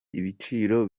ibiciro